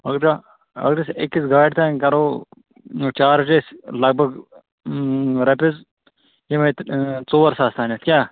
اَگر تُہۍ اَگر أسۍ أکِس گاڑِ تانۍ کَرو چارٕج أسۍ لَگ بَگ رۄپیَس یِمَے ژور ساس تانٮ۪تھ کیٛاہ